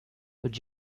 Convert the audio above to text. would